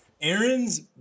Aaron's